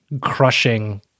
crushing